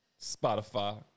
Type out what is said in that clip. Spotify